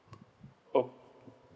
oh